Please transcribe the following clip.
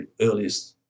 earliest